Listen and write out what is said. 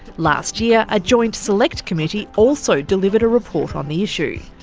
last year a joint select committee also delivered a report on the issue.